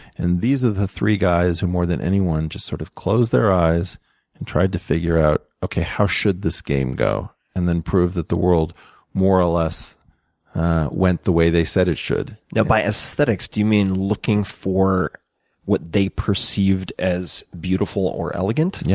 and these are the three guys who, more than anyone, just sort of closed their eyes and tried to figure out, okay, how should this game go? and then prove that the world more or less went the way they said it should. now by aesthetics, do you mean looking for what they perceived as beautiful or elegant? yeah,